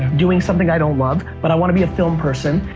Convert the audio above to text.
doing something i don't love, but i wanna be a film person,